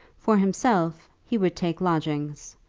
for himself, he would take lodgings.